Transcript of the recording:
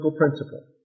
principle